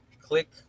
click